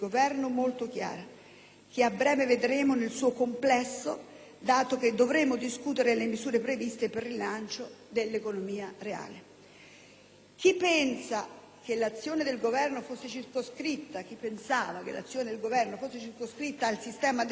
Chi pensava che l'azione del Governo fosse circoscritta al sistema del credito si sbagliava.